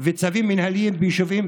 וצווים מינהליים ביישובים,